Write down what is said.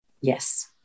Yes